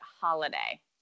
holiday